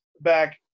back